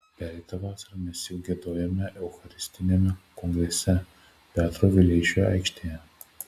pereitą vasarą mes jau giedojome eucharistiniame kongrese petro vileišio aikštėje